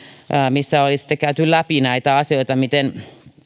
missä oli sitten käyty läpi näitä asioita miten